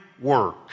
work